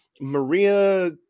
Maria